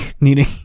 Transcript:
needing